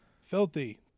Filthy